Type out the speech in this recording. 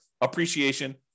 appreciation